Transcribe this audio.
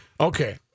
Okay